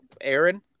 Aaron